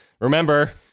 remember